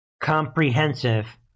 comprehensive